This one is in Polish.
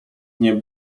nie